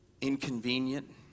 inconvenient